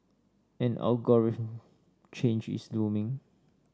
an algorithm change is looming